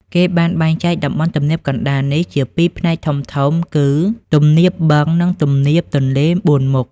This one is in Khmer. គេបានបែងចែកតំបន់ទំនាបកណ្ដាលនេះជាពីរផ្នែកធំៗ គឺ ទំនាបបឹង និង ទំនាបទន្លេបួនមុខ។